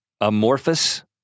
amorphous